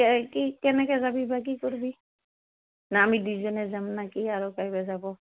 কে কি কেনেকৈ যাবি বা কি কৰিবি না আমি দুইজনে যাম ন কি আৰু কাইবা যাব